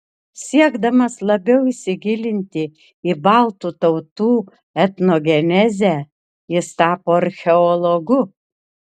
siekdamas labiau įsigilinti į baltų tautų etnogenezę jis tapo archeologu